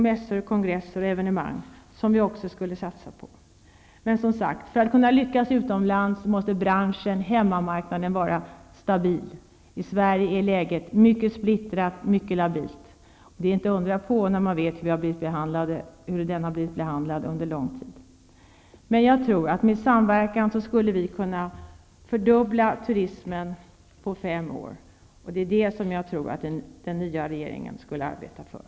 Mässor, kongresser och evenemang skulle vi också satsa på. För att kunna lyckas utomlands måste branschen på hemmamarknaden vara stabil. I Sverige är läget mycket splittrat, mycket labilt. Det är inte att undra på när man vet hur branschen har behandlats under lång tid. Jag tror att med samverkan skulle vi kunna fördubbla turismen på fem år. Det tror jag att den nya regeringen skall arbeta för.